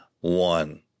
one